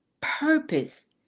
purpose